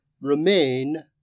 Remain